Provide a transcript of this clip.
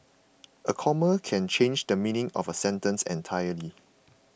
a comma can change the meaning of a sentence entirely